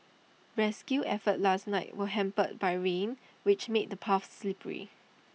rescue efforts last night were hampered by rain which made the paths slippery